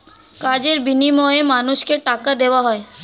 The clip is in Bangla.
কাজের বিনিময়ে মানুষকে টাকা দেওয়া হয়